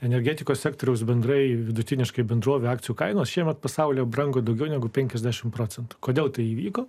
energetikos sektoriaus bendrai vidutiniškai bendrovių akcijų kainos šiemet pasaulio brango daugiau negu penkiasdešimt procentų kodėl tai įvyko